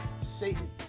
Satan